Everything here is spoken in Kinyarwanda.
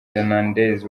hernandez